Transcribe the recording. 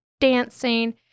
dancing